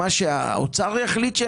האוצר מחליט מה